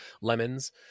Lemons